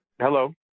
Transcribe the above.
Hello